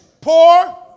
poor